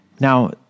Now